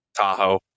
Tahoe